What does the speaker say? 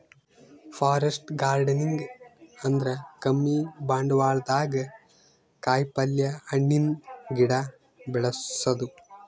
forest gardening ಅಂದ್ರ ಕಮ್ಮಿ ಬಂಡ್ವಾಳ್ದಾಗ್ ಕಾಯಿಪಲ್ಯ, ಹಣ್ಣಿನ್ ಗಿಡ ಬೆಳಸದು